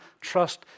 trust